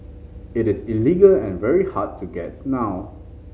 it is illegal and very hard to gets now